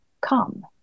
come